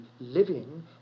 living